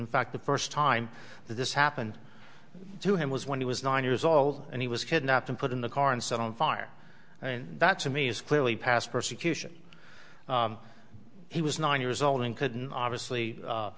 in fact the first time this happened to him was when he was nine years old and he was kidnapped and put in the car and set on fire and that to me is clearly past persecution he was nine years old and couldn't obviously